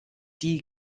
die